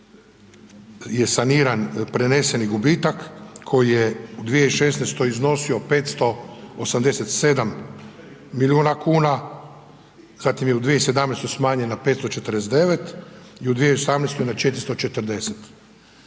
je saniran preneseni gubitak koji je u 2016. iznosio 587 milijuna kuna, zatim je u 2017. smanjen na 549 i u 2018. na 440.